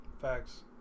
Facts